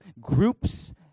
groups